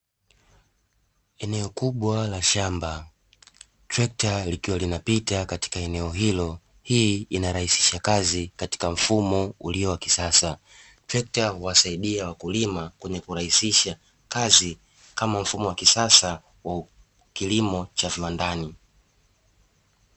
Eneo kubwa la shamba trekta likiwa linapita